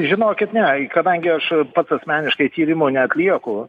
žinokit ne kadangi aš pats asmeniškai tyrimo neatlieku